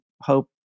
hope